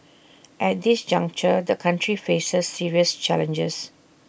at this juncture the country faces serious challenges